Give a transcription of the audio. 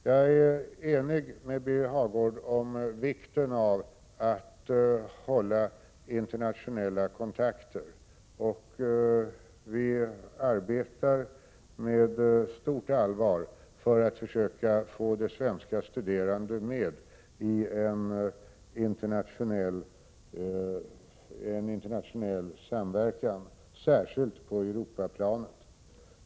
Jag är enig med Birger Hagård om vikten av att hålla internationella kontakter. Vi arbetar med stort allvar på att försöka få svenska studerande med i en internationell samverkan, särskilt på Europaplanet.